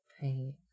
paint